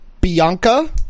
Bianca